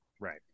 Right